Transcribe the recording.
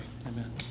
Amen